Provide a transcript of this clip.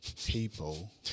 People